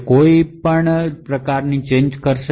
નથી એટ્લે આની જરૂર નથી